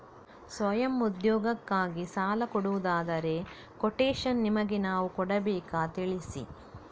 ಸ್ವಯಂ ಉದ್ಯೋಗಕ್ಕಾಗಿ ಸಾಲ ಕೊಡುವುದಾದರೆ ಕೊಟೇಶನ್ ನಿಮಗೆ ನಾವು ಕೊಡಬೇಕಾ ತಿಳಿಸಿ?